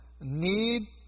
need